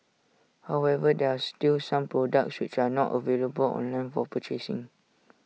however there are still some products which are not available online for purchasing